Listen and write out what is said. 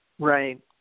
Right